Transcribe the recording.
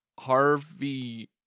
Harvey